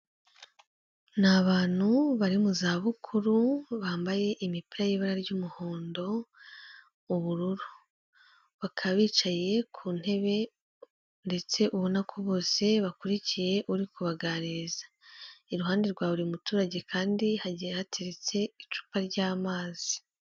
Ni abantu bari mu zabukuru, bambaye imipira y'ibara ry'umuhondo, ubururu, bakaba bicaye ku ntebe ndetse ubona ko bose bakurikiye uri kubaganiriza, iruhande rwa buri muturage kandi hagiye hateriretse icupa ry'amazi.